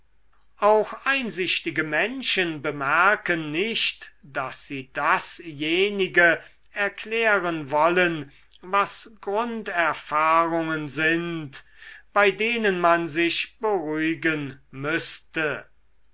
auch einsichtige menschen bemerken nicht daß sie dasjenige erklären wollen was grunderfahrungen sind bei denen man sich beruhigen müßte